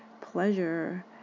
pleasure